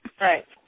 Right